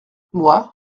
moi